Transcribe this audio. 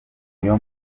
niyo